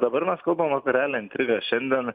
dabar mes kalbam apie realią intrigą šiandien